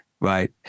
Right